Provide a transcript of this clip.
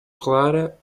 clara